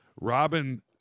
Robin